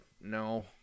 No